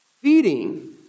feeding